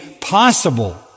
possible